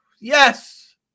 yes